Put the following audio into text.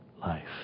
life